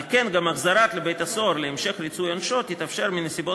על כן גם החזרתו לבית-הסוהר להמשך ריצוי עונשו תתאפשר מסיבות